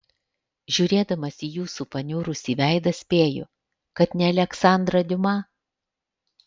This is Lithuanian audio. žiūrėdamas į jūsų paniurusį veidą spėju kad ne aleksandrą diuma